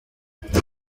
gusinya